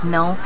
No